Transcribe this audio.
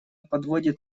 подводит